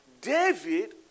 David